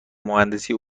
مهندسی